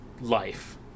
life